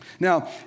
Now